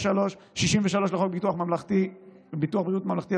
63 לחוק ביטוח בריאות ממלכתי,